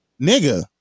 Nigga